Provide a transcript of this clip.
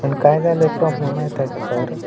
पण काय झालं आहे प्रॉब्लेम माहीत आहे का सर